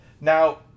Now